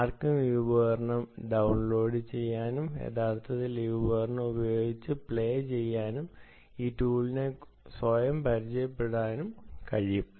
ആർക്കും ഈ ഉപകരണം ഡൌൺലോഡ് ചെയ്യാനും യഥാർത്ഥത്തിൽ ഈ ഉപകരണം ഉപയോഗിച്ച് പ്ലേ ചെയ്യാനും ഈ ടൂളിനെക്കുറിച്ച് സ്വയം പരിചയപ്പെടാനും കഴിയും